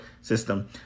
system